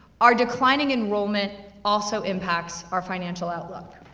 our declining enrollment also impacts our financial outlook.